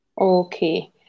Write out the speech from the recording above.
Okay